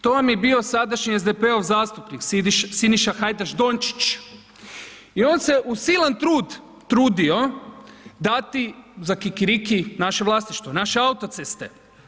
To vam je bio sadašnji SDP-ov zastupnik, Siniša Hajdaš Dončić i on se uz silan trud trudio dati za kikiriki naše vlasništvo, naše autoceste.